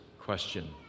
question